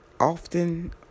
often